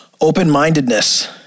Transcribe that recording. Open-mindedness